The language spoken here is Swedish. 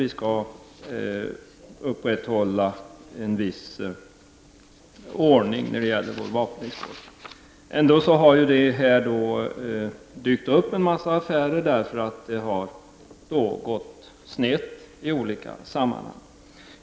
Vi skall upprätthålla en viss ordning när det gäller vapenexporten. Här har det trots detta uppstått en mängd affärer, eftersom det i olika sammanhang har gått snett.